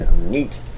Neat